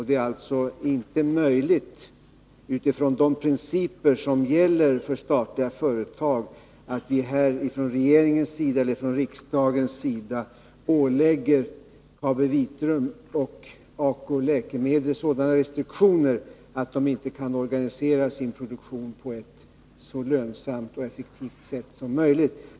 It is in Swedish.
Det är alltså inte möjligt, utifrån de principer som gäller för statliga företag, att vi från regeringens eller riksdagens sida ålägger KabiVitrum och ACO Läkemedel sådana restriktioner att de inte kan organisera sin produktion på ett så lönsamt och effektivt sätt som möjligt.